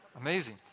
Amazing